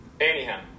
Anyhow